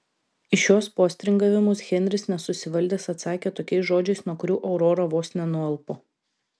į šiuos postringavimus henris nesusivaldęs atsakė tokiais žodžiais nuo kurių aurora vos nenualpo